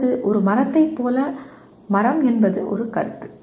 அல்லது ஒரு மரத்தைப் போல மரம் என்பது ஒரு கருத்து